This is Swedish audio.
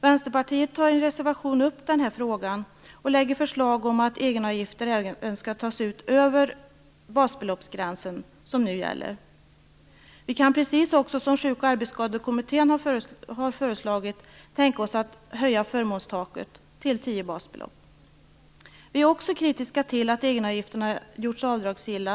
Vänsterpartiet tar i en reservation upp den här frågan och lägger fram förslag om att egenavgifter även skall tas ut över den basbeloppsgräns som nu gäller. Vi kan också, som Sjuk och arbetsskadekommittén har föreslagit, tänka oss att höja förmånstaket till tio basbelopp. Vi är också kritiska till att egenavgifterna har gjorts avdragsgilla.